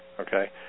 okay